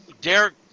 Derek